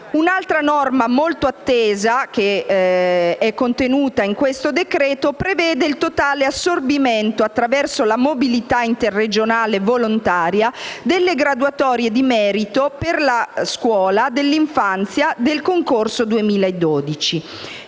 Un'altra norma molto attesa, contenuta in questo decreto-legge, prevede il totale assorbimento, attraverso la mobilità interregionale volontaria, delle graduatorie di merito per la scuola dell'infanzia del concorso 2012;